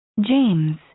James